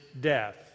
death